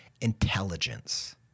intelligence